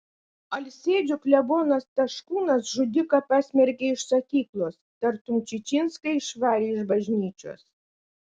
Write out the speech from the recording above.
alsėdžių klebonas taškūnas žudiką pasmerkė iš sakyklos tartum čičinską išvarė iš bažnyčios